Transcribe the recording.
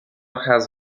has